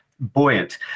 buoyant